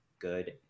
good